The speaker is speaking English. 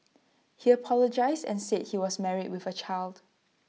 he apologised and said he was married with A child